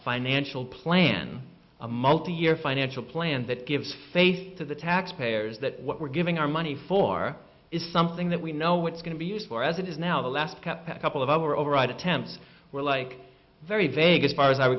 financial plan a multi year financial plan that gives face to the taxpayers that what we're giving our money for is something that we know it's going to be used for as it is now the last couple couple of our override attempts were like very vague as far as i